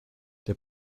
der